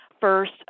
first